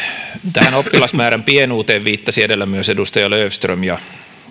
tähän oppilasmäärän pienuuteen viittasi edellä myös edustaja löfström ja